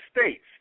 States